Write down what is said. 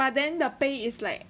by then the pay is like